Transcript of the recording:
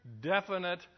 definite